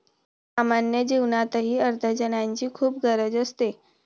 सामान्य जीवनातही अर्थार्जनाची खूप गरज असते